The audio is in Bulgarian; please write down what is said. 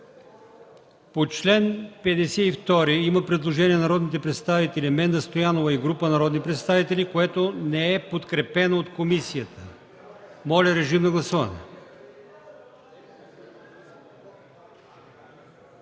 По чл. 48 има предложение на народния представител Менда Стоянова и група народни представители, което не е подкрепено от комисията. Моля, режим на гласуване.